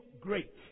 great